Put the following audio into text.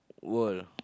world